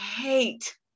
hate